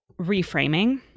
reframing